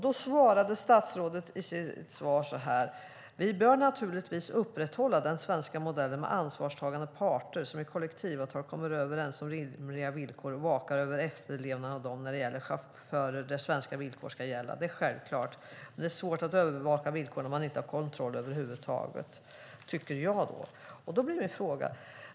Då svarade statsrådet: "Vi bör naturligtvis upprätthålla den svenska modellen med ansvarstagande parter som i kollektivavtal kommer överens om rimliga villkor, och som vakar över efterlevnaden av dem, när det gäller chaufförer där svenska villkor ska gälla." Ja, det är självklart. Men det är svårt att övervaka villkor när man inte har kontroll över huvud taget.